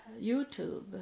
YouTube